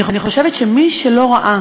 אני חושבת שמי שלא ראה